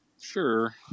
Sure